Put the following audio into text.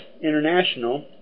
International